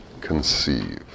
conceive